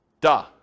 Duh